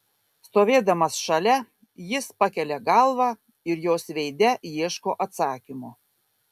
stovėdamas šalia jis pakelia galvą ir jos veide ieško atsakymo